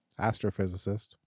Astrophysicist